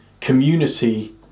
community